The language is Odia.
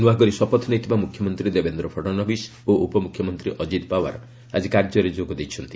ନୂଆକରି ଶପଥ ନେଇଥିବା ମୁଖ୍ୟମନ୍ତ୍ରୀ ଦେବେନ୍ଦ୍ର ଫଡ଼ନବିସ୍ ଓ ଉପମୁଖ୍ୟମନ୍ତ୍ରୀ ଅକ୍କିତ ପାୱାର ଆଜି କାର୍ଯ୍ୟରେ ଯୋଗ ଦେଇଛନ୍ତି